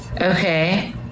Okay